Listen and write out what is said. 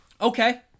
Okay